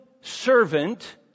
servant